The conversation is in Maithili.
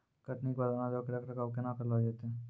कटनी के बाद अनाजो के रख रखाव केना करलो जैतै?